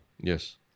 Yes